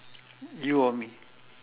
you or me